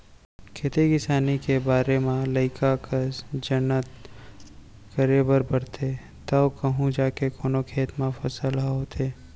खेती किसानी के करे म लइका कस जनत करे बर परथे तव कहूँ जाके कोनो खेत म फसल ह होथे